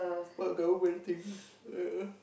what government thing ya